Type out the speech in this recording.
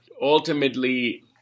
ultimately